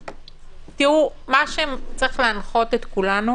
מה שצריך להנחות את כולנו